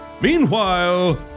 Meanwhile